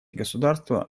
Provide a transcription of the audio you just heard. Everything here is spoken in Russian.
государства